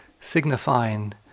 signifying